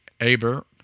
Aber